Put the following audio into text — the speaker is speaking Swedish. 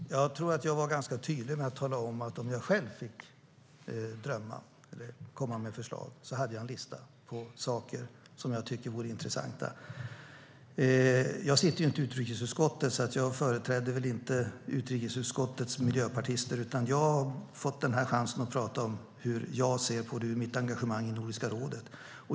Herr talman! Jag tror att jag var ganska tydlig med att tala om att jag har en lista med saker som jag tycker är intressanta om jag själv får drömma eller komma med förslag. Jag sitter inte i utrikesutskottet, så jag företräder inte utrikesutskottets miljöpartister. Jag har fått den här chansen att prata om hur jag ser på detta utifrån mitt engagemang i Nordiska rådet.